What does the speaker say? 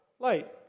Light